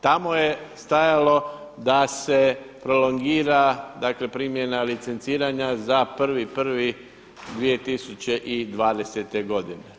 Tamo je stajalo da se prolongira, dakle primjena licenciranja za 1.1.2020. godine.